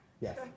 Yes